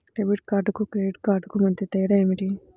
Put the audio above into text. Debit కార్డుకు credit కార్డుకు మధ్య తేడా ఏమిటీ?